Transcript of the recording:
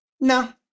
No